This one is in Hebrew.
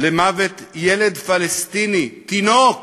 למוות ילד פלסטיני, תינוק,